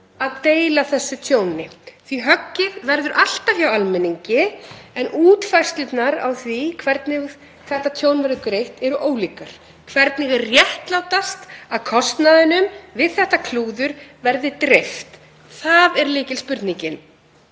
að deila þessu tjóni? Því höggið verður alltaf hjá almenningi en útfærslurnar á því hvernig þetta tjón verður greitt eru ólíkar. Hvernig er réttlátast að kostnaðinum við þetta klúður verði dreift? Það er lykilspurningin.